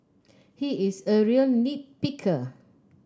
he is a real nit picker